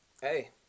hey